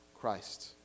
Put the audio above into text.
Christ